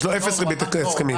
יש לו אפס ריבית הסכמית.